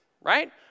right